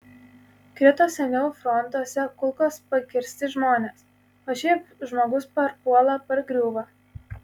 krito seniau frontuose kulkos pakirsti žmonės o šiaip žmogus parpuola pargriūva